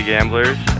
Gamblers